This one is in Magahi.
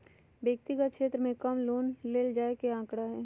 व्यक्तिगत क्षेत्र में कम लोन ले जाये के आंकडा हई